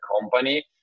company